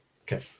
Okay